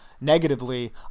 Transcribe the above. negatively